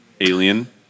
Alien